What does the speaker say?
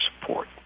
support